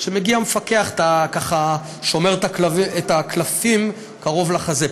כשמגיע מפקח אתה, ככה, שומר את הקלפים קרוב לחזה.